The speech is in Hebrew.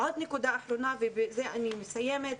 עוד נקודה אחרונה ובזה אני אסיים.